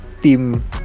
team